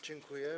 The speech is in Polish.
Dziękuję.